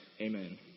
Amen